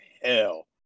hell